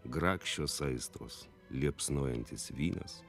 grakščios aistros liepsnojantis vynas